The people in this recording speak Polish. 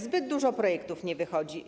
Zbyt dużo projektów nie wychodzi.